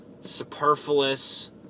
superfluous